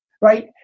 right